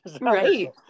right